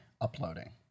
uploading